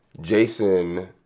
Jason